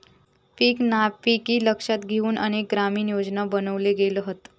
पीक नापिकी लक्षात घेउन अनेक ग्रामीण योजना बनवले गेले हत